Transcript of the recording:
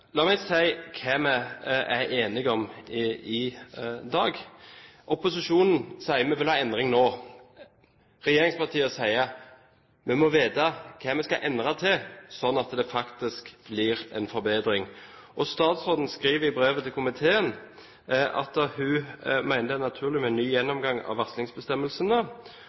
la meg oppsummere hva vi er enige om i dag. Opposisjonen sier de vil ha endring nå. Regjeringspartiene sier: Vi må vite hva vi skal endre til, sånn at det faktisk blir en forbedring. Statsråden skriver i brevet til komiteen at hun mener det er naturlig med en «ny gjennomgang av varslingsbestemmelsene»,